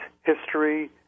history